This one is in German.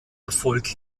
erfolg